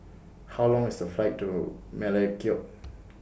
How Long IS The Flight to Melekeok